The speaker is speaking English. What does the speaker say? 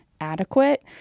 adequate